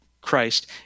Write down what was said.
Christ